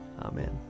amen